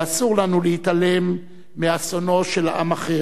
ואסור לנו להתעלם מאסונו של עם אחר,